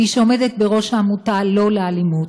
מי שעומדת בראש העמותה "לא לאלימות",